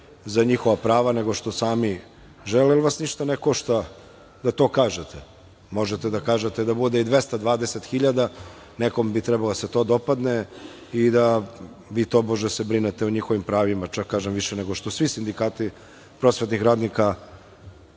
za njihova prava nego što sami žele, jer vas ništa ne košta da to kažete. Možete da kažete da bude i 220.000. Nekom bi trebalo da se to dopadne i da vi tobože se brinete o njihovim pravima čak, kažem, više nego svi sindikati prosvetnih radnika